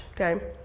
okay